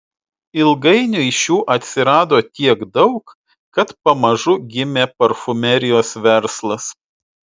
ilgainiui šių atsirado tiek daug kad pamažu gimė parfumerijos verslas